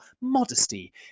modesty